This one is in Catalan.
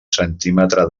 centímetre